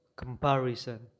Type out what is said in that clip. comparison